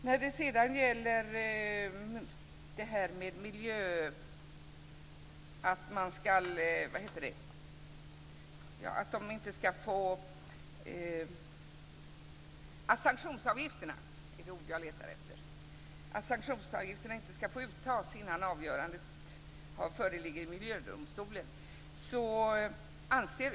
När det sedan gäller detta med sanktionsavgifterna anser utskottet att dessa inte ska få uttas innan ett avgörande föreligger i Miljödomstolen.